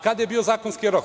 Kada je bio zakonski rok?